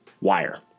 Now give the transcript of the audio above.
wire